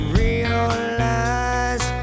realize